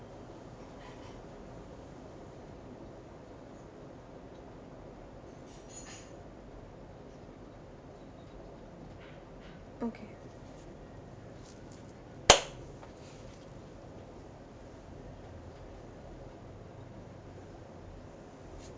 okay